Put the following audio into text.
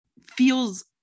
feels